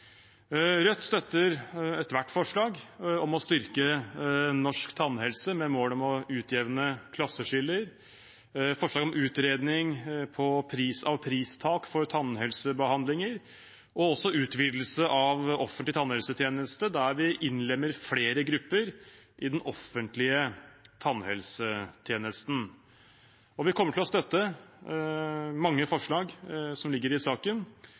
Rødt støtter ethvert forslag om å styrke norsk tannhelse med mål om å utjevne klasseskiller, forslag om utredning av pristak for tannhelsebehandling og også utvidelse av offentlig tannhelsetjeneste, der vi innlemmer flere grupper. Vi kommer til å støtte mange forslag som ligger i saken,